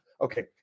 okay